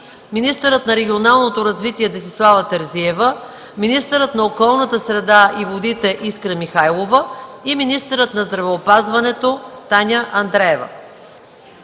министърът на регионалното развитие Десислава Терзиева, министърът на околната среда и водите Искра Михайлова и министърът на здравеопазването Таня Андреева.